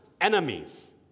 enemies